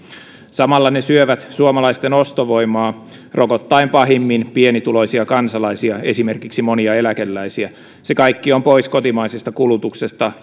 samalla ne syövät suomalaisten ostovoimaa rokottaen pahimmin pienituloisia kansalaisia esimerkiksi monia eläkeläisiä se kaikki on pois kotimaisesta kulutuksesta